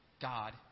God